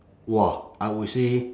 !wah! I would say